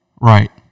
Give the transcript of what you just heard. Right